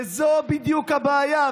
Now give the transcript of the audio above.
וזו בדיוק הבעיה.